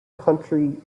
county